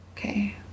Okay